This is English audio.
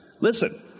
Listen